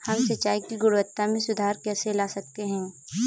हम सिंचाई की गुणवत्ता में सुधार कैसे ला सकते हैं?